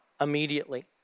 immediately